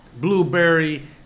blueberry